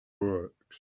works